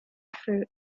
fruit